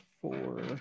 four